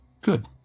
Good